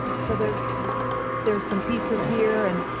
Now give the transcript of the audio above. so there's there's some pieces here and,